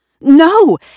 No